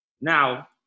now